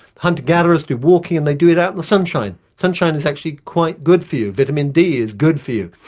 hunter gatherers do walking and they do it out in the sunshine. sunshine is actually quite good for you, vitamin d is good for you.